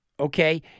Okay